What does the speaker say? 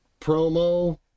promo